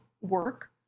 work